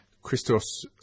Christos